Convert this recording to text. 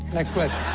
next question,